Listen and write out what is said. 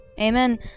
Amen